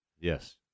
Yes